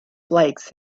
flakes